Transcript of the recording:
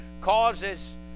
causes